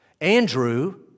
Andrew